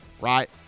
right